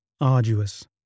arduous